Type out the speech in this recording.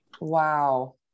Wow